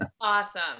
Awesome